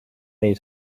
many